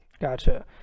Gotcha